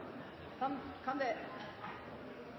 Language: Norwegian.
kan det